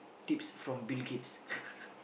tips from Bill-Gates